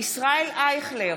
ישראל אייכלר,